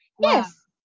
yes